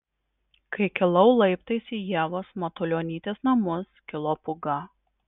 kai kilau laiptais į ievos matulionytės namus kilo pūga